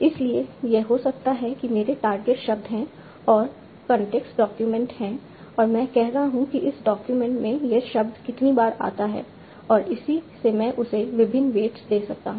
इसलिए यह हो सकता है कि मेरे टारगेट शब्द हैं और कॉन्टेक्स्ट डॉक्यूमेंट हैं और मैं कह रहा हूं कि इस डॉक्यूमेंट में यह शब्द कितनी बार आता है और इसी से मैं उसे विभिन्न वेट्स दे सकता हूं